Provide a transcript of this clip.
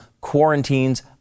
quarantines